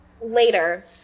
later